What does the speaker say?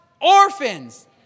orphans